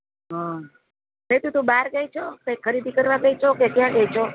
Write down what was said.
હા સેતું તું બહાર ગઈ છો કઈ ખરીદી કરવા ગઈ છો કે ક્યાં ગઈ છો